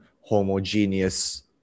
homogeneous